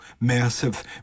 massive